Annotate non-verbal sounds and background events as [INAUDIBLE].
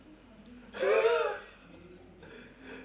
[LAUGHS]